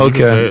Okay